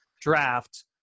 draft